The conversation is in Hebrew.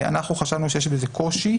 אנחנו חשבנו שיש בזה קושי,